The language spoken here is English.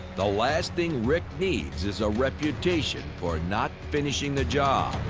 the last thing rick needs is a reputation for not finishing the job.